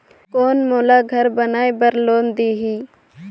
कौन मोला घर बनाय बार लोन देही?